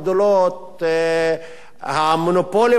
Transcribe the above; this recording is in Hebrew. המונופולים הגדולים,